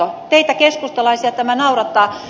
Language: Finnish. teitä keskustalaisia tämä naurattaa